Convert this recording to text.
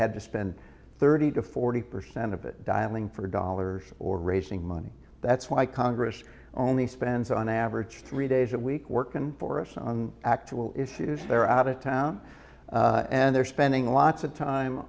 had to spend thirty to forty percent of it dialing for dollars or raising money that's why congress only spends on average three days a week working for us on actual issues they're out of town and they're spending lots of time